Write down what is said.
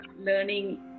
learning